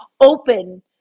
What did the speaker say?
open